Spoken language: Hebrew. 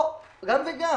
או גם וגם.